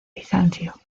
bizancio